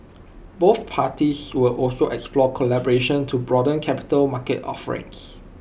both parties will also explore collaboration to broaden capital market offerings